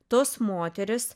tos moterys